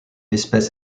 espèce